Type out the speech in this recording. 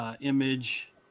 image